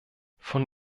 von